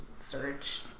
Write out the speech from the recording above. search